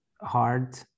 hard